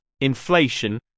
inflation